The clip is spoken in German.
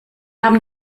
haben